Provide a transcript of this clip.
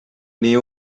nii